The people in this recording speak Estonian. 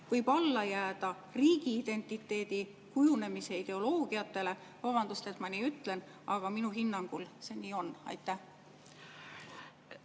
võib alla jääda riigiidentiteedi kujunemise ideoloogiatele. Vabandust, et ma nii ütlen, aga minu hinnangul see nii on. Aitäh,